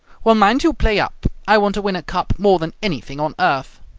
well, mind you play up. i want to win a cup more than anything on earth.